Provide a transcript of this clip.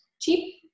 cheap